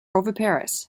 oviparous